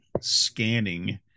scanning